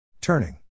Turning